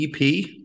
EP